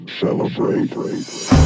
Celebrate